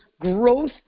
growth